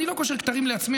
אני לא קושר כתרים לעצמי,